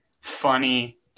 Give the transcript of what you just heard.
funny